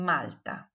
Malta